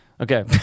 Okay